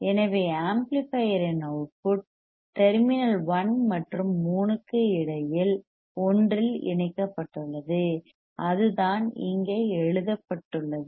எனவே ஆம்ப்ளிபையர்யின் output terminal 1 மற்றும் 3 க்கு இடையில் ஒன்றில் இணைக்கப்பட்டுள்ளது அதுதான் இங்கே எழுதப்பட்டுள்ளது